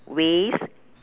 ways